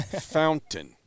Fountain